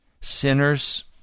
sinners